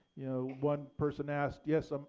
you know one person asked yes, um